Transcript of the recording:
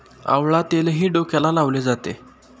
आवळा तेलही डोक्याला लावले जाते